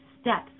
steps